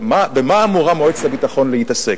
אני מייד אשיב,